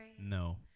No